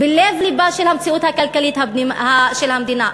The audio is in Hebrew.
בלב-לבה של המציאות הכלכלית של המדינה,